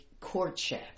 courtship